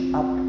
up